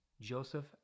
Joseph